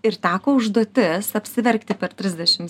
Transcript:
ir teko užduotis apsiverkti per trisdešim